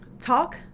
Talk